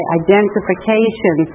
identification